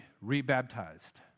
rebaptized